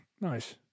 Nice